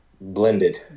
blended